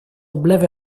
breve